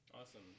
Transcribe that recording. Awesome